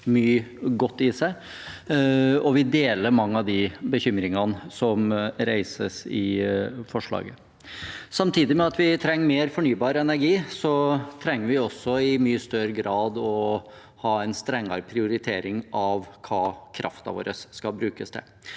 vi deler mange av de bekymringene som reises i forslaget. Samtidig med at vi trenger mer fornybar energi, trenger vi også i mye større grad å ha en strengere prioritering av hva kraften vår skal brukes til.